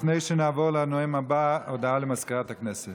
לפני שנעבור לנואם הבא, הודעה לסגנית מזכיר הכנסת.